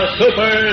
super